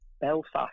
Belfast